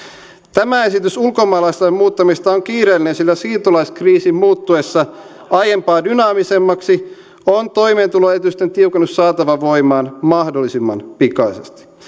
tämä esitys ulkomaalaislain muuttamisesta on kiireellinen sillä siirtolaiskriisin muuttuessa aiempaa dynaamisemmaksi on toimeentuloesitysten tiukennus saatava voimaan mahdollisimman pikaisesti